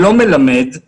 מלמדים